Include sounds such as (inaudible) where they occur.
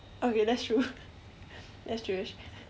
okay that's true (laughs) that's true that's (laughs)